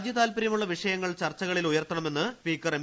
രാജൃതാൽപരൃമുള്ള വിഷയ്ങ്ങൾ ചർച്ചകളിൽ ഉയർത്തണമെന്ന് സ്പീക്കർ എം